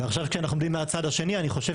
ועכשיו כשאנחנו עומדים מהצד השני אני חושב